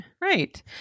Right